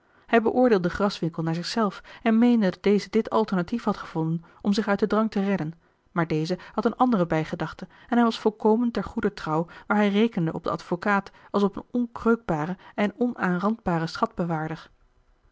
hij beoordeelde graswinckel naar zich zelf en meende dat deze dit alternatief had gevonden om zich uit den drang te redden maar deze had een andere bijgedachte en hij was volkomen ter goeder trouw waar hij rekende op den advocaat als op een onkreukbaren en onaanrandbaren